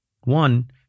One